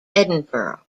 edinburgh